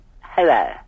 Hello